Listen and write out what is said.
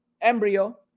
embryo